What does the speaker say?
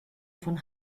von